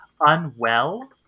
Unwell